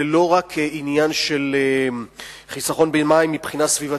זה לא רק עניין של חיסכון במים מבחינה סביבתית,